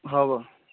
হ'ব